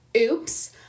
oops